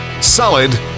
solid